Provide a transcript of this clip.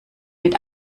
mit